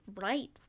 right